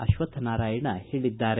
ಅಶ್ವಕ್ಷನಾರಾಯಣ ಹೇಳಿದ್ದಾರೆ